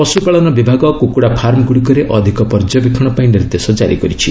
ପଶୁପାଳନ ବିଭାଗ କୁକୁଡ଼ା ଫାର୍ମଗୁଡ଼ିକରେ ଅଧିକ ପର୍ଯ୍ୟବେକ୍ଷଣ ପାଇଁ ନିର୍ଦ୍ଦେଶ କ୍କାରି କରିଛି